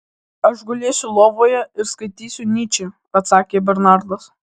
aš gulėsiu lovoje ir skaitysiu nyčę atsakė bernardas